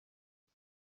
was